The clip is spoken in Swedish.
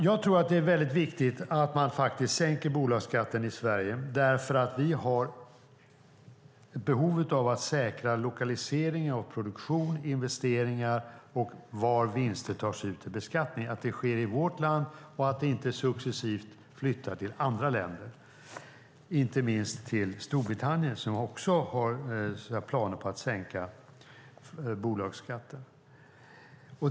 Jag tror att det är väldigt viktigt att man sänker bolagsskatten i Sverige. Vi har ett behov av att säkra lokaliseringen av produktion, investeringar och beskattning av vinster, så att det sker i vårt land och inte successivt flyttar till andra länder, inte minst till Storbritannien, som också har planer på att sänka bolagsskatten.